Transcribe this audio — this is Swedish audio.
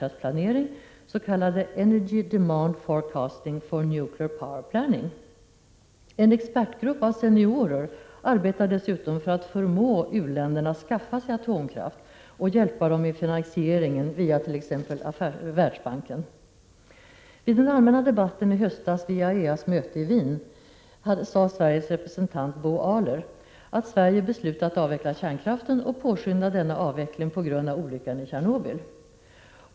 1987/88:52 kärnkraftsplanering, s.k. energy demand forecasting for nuclear power = 15 januari 1988 planning. En expertgrupp av seniorer arbetar dessutom för att förmå u-länderna att skaffa sig atomkraft och hjälpa dem med finansieringen via t.ex. Världsbanken. Vid den allmänna debatten i höstas vid IAEA:s möte i Wien sade Sveriges representant, Bo Aler, att Sverige hade beslutat att avveckla kärnkraften och att påskynda denna avveckling på grund av olyckan i Tjernobyl.